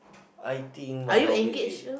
I think my hobby